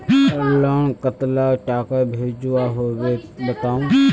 Loan कतला टाका भेजुआ होबे बताउ?